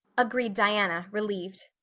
agreed diana, relieved.